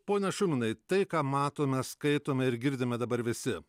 pone šarūnai tai ką matome skaitome ir girdime dabar visi